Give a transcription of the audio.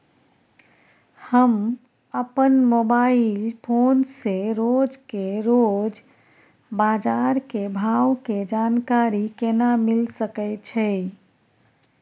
हम अपन mobile phone से रोज के रोज बाजार के भाव के जानकारी केना मिल सके छै?